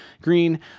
green